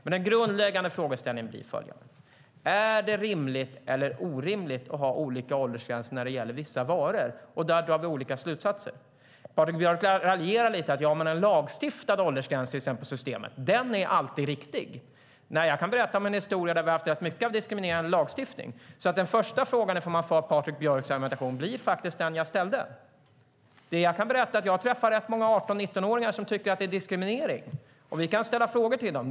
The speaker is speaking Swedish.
Den grundläggande frågan blir följande: Är det rimligt eller orimligt att ha olika åldersgränser när det gäller vissa varor? Där drar vi olika slutsatser. Patrik Björck raljerar lite och säger att en lagstiftad åldersgräns, till exempel på Systembolaget, alltid är riktig. Jag kan berätta att vi har haft rätt mycket diskriminerande lagstiftning. Den första frågan, om man följer Patrik Björcks argumentation, blir faktiskt den jag ställde. Jag träffar rätt många 18 och 19-åringar som tycker att det är diskriminering. Vi kan ställa frågor till dem.